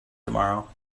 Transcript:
tomorrow